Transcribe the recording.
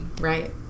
Right